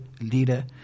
leader